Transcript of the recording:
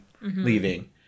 leaving